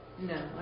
No